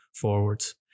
forwards